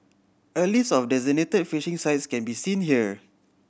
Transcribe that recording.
a list of designated fishing sites can be seen here